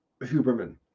Huberman